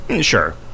Sure